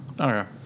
Okay